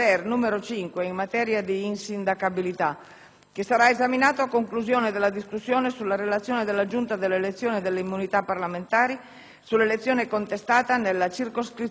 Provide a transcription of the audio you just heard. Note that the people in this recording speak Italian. che sarà esaminato a conclusione della discussione della relazione della Giunta delle elezioni e delle immunità parlamentari, sull'elezione contestata nella circoscrizione Estero.